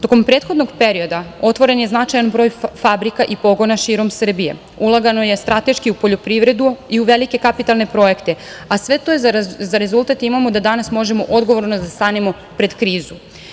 Tokom prethodnog perioda otvoren je značajan broj fabrika i pogona širom Srbije, ulagano je strateški u poljoprivredu i u velike kapitalne projekte, a kao rezultat svega toga imamo da danas možemo odgovorno da stanemo pred krizu.